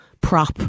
prop